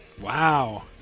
Wow